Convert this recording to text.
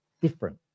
different